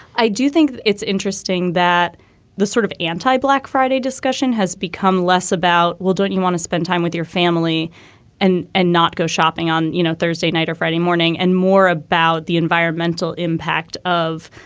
i do think it's interesting that the sort of anti black friday discussion has become less about, well, don't you want to spend time with your family and and not go shopping on, you know, thursday night or friday? morning and more about the environmental impact of,